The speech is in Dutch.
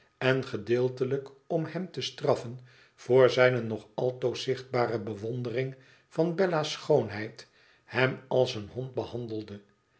en gedeeltelijk om hem te straffen voor zijne nog altoos zichtbare bewondering van bella's schoonheid hem als een hond behandelde